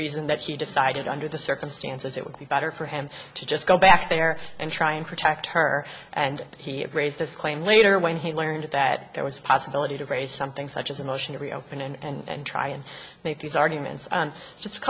reason that she decided under the circumstances it would be better for him to just go back there and try and protect her and he had raised this claim later when he learned that there was a possibility to raise something such as a motion to reopen and try and make these arguments on just a